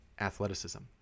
athleticism